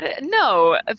No